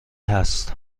هست